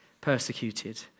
persecuted